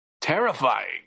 terrifying